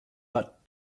but